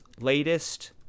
latest